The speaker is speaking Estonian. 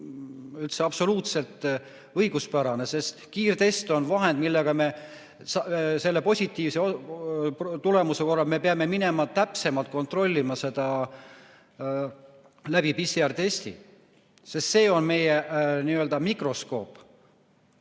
üldse absoluutselt õiguspärane. Sest kiirtest on vahend, mille positiivse tulemuse korral me peame minema täpsemalt kontrollima seda vastust PCR-testiga, sest see on meie n‑ö mikroskoop,